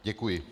Děkuji.